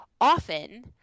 often